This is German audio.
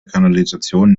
kanalisation